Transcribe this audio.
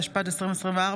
התשפ"ד 2024,